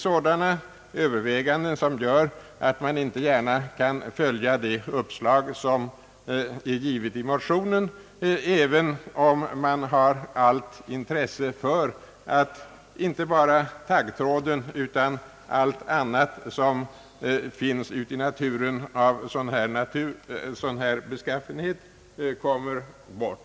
Sådana överväganden gör att man inte gärna kan följa de uppslag som har givits i motionen, även om man har allt intresse för att inte bara taggtråden utan också allt annat i naturen av sådant här slag kommer bort.